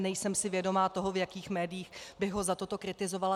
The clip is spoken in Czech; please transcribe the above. Nejsem si vědoma toho, v jakých médiích bych ho za toto kritizovala.